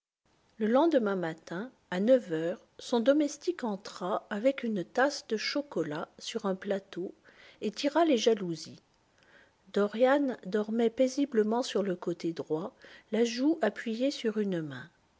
e lendemain matin à neuf heures son domestique entra avec une tasse de chocolat sur un plateau et tira les jalousies dorian dormait paisiblement sur le côté droit la joue appuyée sur une main